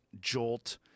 jolt